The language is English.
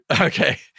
Okay